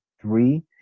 three